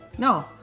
No